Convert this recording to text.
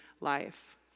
life